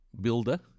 builder